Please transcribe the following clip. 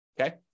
okay